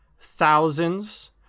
Thousands